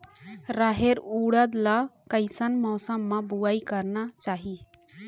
रहेर उरद ला कैसन मौसम मा बुनई करना चाही?